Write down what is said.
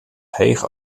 heech